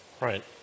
Right